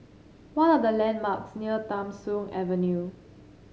what are the landmarks near Tham Soong Avenue